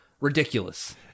Ridiculous